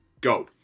go